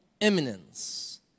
eminence